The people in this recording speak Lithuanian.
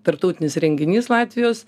tarptautinis renginys latvijos